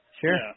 Sure